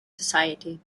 society